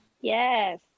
Yes